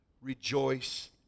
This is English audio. rejoice